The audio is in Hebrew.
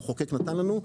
המחוקק נתן לנו,